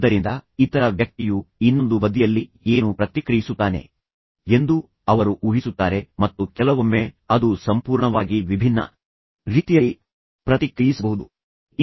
ಆದ್ದರಿಂದ ಇತರ ವ್ಯಕ್ತಿಯು ಇನ್ನೊಂದು ಬದಿಯಲ್ಲಿ ಏನು ಪ್ರತಿಕ್ರಿಯಿಸುತ್ತಾನೆ ಎಂದು ಅವರು ಊಹಿಸುತ್ತಾರೆ ಮತ್ತು ಕೆಲವೊಮ್ಮೆ ಅದು ಸಂಪೂರ್ಣವಾಗಿ ವಿಭಿನ್ನ ರೀತಿಯಲ್ಲಿ ಇತರ ವ್ಯಕ್ತಿಯು ಯೋಚಿಸುವುದು ಅಥವಾ ವರ್ತಿಸುವುದು ಅಥವಾ ಪ್ರತಿಕ್ರಿಯಿಸಬಹುದು